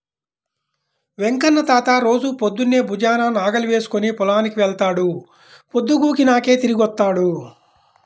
వెంకన్న తాత రోజూ పొద్దన్నే భుజాన నాగలి వేసుకుని పొలానికి వెళ్తాడు, పొద్దుగూకినాకే తిరిగొత్తాడు